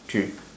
three